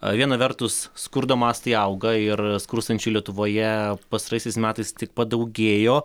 ar viena vertus skurdo mastai auga ir skurstančių lietuvoje pastaraisiais metais tik padaugėjo